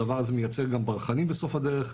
הדבר הזה מייצר גם ברחנים בסוף הדרך,